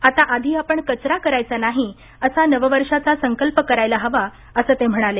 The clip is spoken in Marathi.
आता आधी आपण कचरा करायचा नाही असा नववर्षाचा संकल्प करायला हवा असं ते म्हणाले